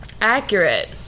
accurate